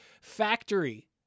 factory